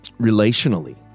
relationally